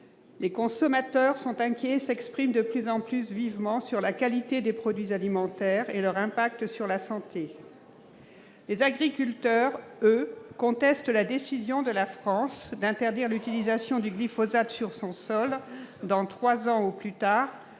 Les consommateurs sont inquiets et s'expriment de plus en plus vivement sur la qualité des produits alimentaires et leur impact sur la santé. Les agriculteurs, eux, contestent la décision de la France d'interdire l'utilisation du glyphosate sur son sol dans trois ans au plus tard,